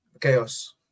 Chaos